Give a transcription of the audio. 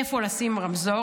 איפה לשים רמזור,